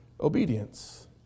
obedience